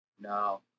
No